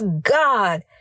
God